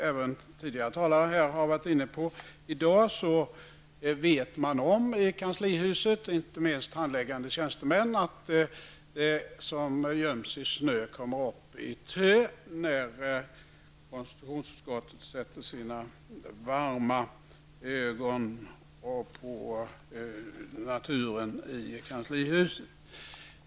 Även tidigare talare här i dag har varit inne på att man i kanslihuset, inte minst handläggande tjänstemän, vet om att det som göms i snö kommer upp i tö, när konstitutionsutskottet fäster sina varma blickar på naturen i kanslihuset.